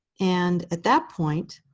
and at that point,